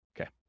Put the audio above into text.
Okay